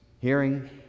hearing